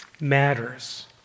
matters